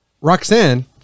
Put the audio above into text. roxanne